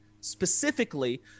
specifically